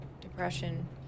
depression